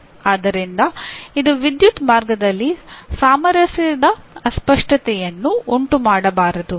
ಆದ್ದರಿಂದ ಇದು ವಿದ್ಯುತ್ ಮಾರ್ಗದಲ್ಲಿ ಸಾಮರಸ್ಯದ ಅಸ್ಪಷ್ಟತೆಯನ್ನು ಉಂಟುಮಾಡಬಾರದು